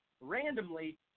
randomly